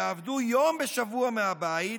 יעבדו יום בשבוע מהבית,